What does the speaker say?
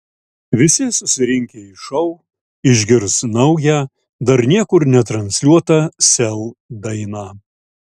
visi susirinkę į šou išgirs naują dar niekur netransliuotą sel dainą